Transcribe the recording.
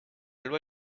loi